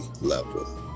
level